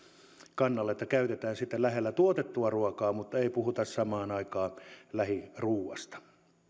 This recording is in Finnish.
kannalle että käytetään sitä lähellä tuotettua ruokaa mutta ei puhuta samaan aikaan lähiruuasta